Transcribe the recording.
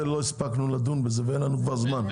זה לא הספקנו לדון בזה ואין לנו כבר זמן.